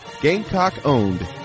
Gamecock-owned